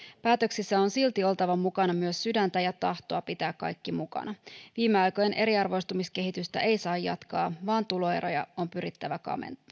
päätöksissä on silti oltava mukana myös sydäntä ja tahtoa pitää kaikki mukana viime aikojen eriarvoistumiskehitystä ei saa jatkaa vaan tuloeroja on pyrittävä